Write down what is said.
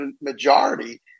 majority